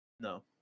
No